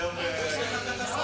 שלום לשר.